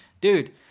Dude